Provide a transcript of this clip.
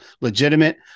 legitimate